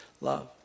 love